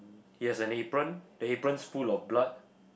he has an apron the apron's full of blood